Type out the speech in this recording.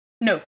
No